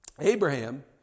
Abraham